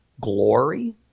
glory